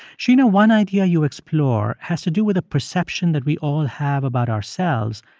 sheena, one idea you explore has to do with a perception that we all have about ourselves,